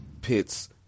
pits